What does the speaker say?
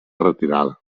retirada